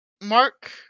Mark